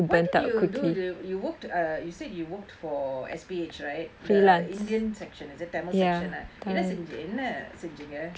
what did you do you worked err you said you worked for S_P_H right the indian section is it tamil section ah என்ன செஞ்சி என்ன செஞ்சிங்க:enna senji enna senjinga